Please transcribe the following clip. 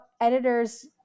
editors